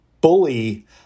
bully